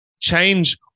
change